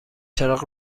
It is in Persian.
چراغ